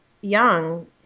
young